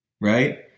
right